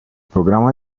programa